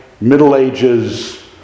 middle-ages